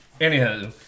anyhow